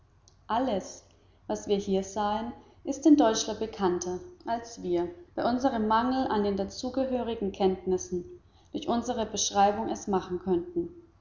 alles was wir hier sahen ist in deutschland bekannter als wir bei unserem mangel an den dazugehörigen kenntnissen durch unsere beschreibung es machen könnten